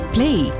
Play